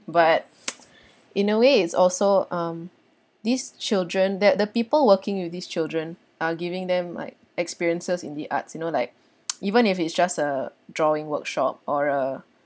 but in a way is also um these children that the people working with these children are giving them like experiences in the arts you know like even if it's just a drawing workshop or a